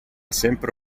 sempre